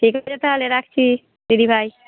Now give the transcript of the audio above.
ঠিক আছে তাহলে রাখছি দিদিভাই